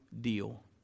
deal